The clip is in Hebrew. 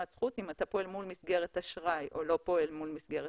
אם הוא פועל מול מסגרת אשראי או לא פועל מול מסגרת